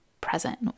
present